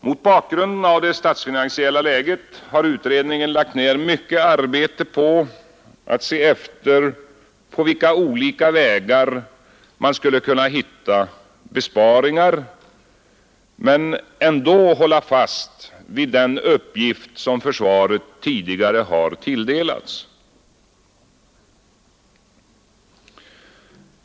Mot bakgrunden av det statsfinansiella läget har utredningen lagt ned mycket arbete på att se efter på vilka olika vägar man skulle kunna hitta besparingar men ändå hålla fast vid den uppgift som försvaret tidigare har tilldelats.